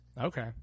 Okay